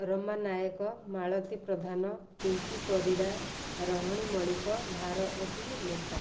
Rama Nayak Malati Pradhan Pinki Parida Rahani Malik Bharati Lenka